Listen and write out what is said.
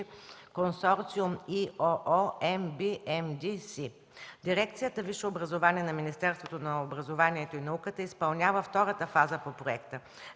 Консорциум „ИОО-МБМД-С”. Дирекцията „Висше образование” на Министерството на образованието и науката изпълнява втората фаза по проекта